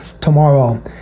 tomorrow